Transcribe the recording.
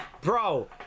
Bro